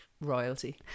royalty